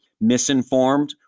misinformed